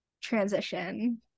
transition